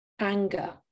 anger